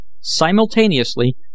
simultaneously